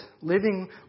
living